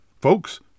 Folks